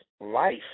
life